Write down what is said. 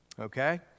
Okay